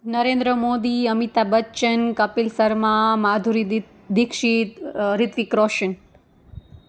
નરેન્દ્ર મોદી અમિતા બચ્ચન કપિલ શર્મા માધુરી દિત દીક્ષિત રિતિક રોશન